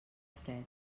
fred